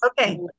Okay